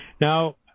Now